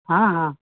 हँ हँ